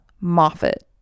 Moffat